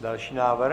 Další návrh?